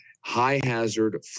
high-hazard